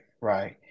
right